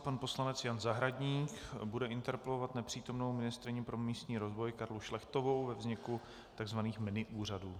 Pan poslanec Jan Zahradník bude interpelovat nepřítomnou ministryni pro místní rozvoj Karlu Šlechtovou ve věci vzniku tzv. miniúřadů.